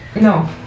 No